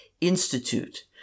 Institute